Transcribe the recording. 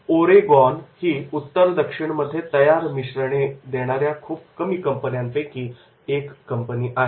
Oregon ही उत्तर दक्षिणमध्ये तयार मिश्रणे देणाऱ्या खूप कमी कंपन्यांपैकी एक कंपनी आहे